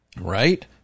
right